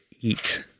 eat